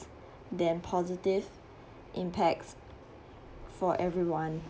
than positive impacts for everyone